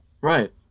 Right